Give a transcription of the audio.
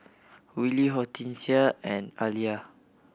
Willie Hortencia and Aaliyah